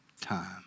time